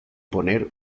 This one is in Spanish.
poner